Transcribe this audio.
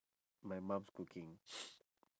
my mum's cooking